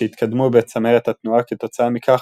שהתקדמו בצמרת התנועה כתוצאה מכך,